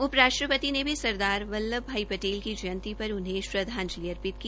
उपराष्ट्रपति ने भी सरदार वल्लभ भाई पटेल की जंयंती पर उन्हें श्रद्वाजिल अर्पित की